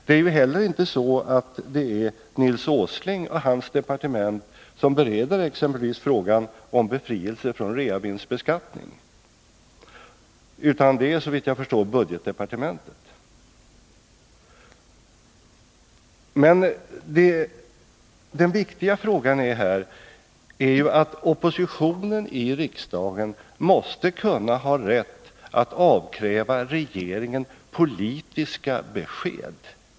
Det är inte heller så att det är Nils Åsling och hans departement som bereder exempelvis frågan om befrielse från reavinstbeskattning, utan det är såvitt jag förstår budgetdepartementet. Den viktiga frågan här är ju att oppositionen i riksdagen måste kunna ha rätt att avkräva regeringen politiska besked.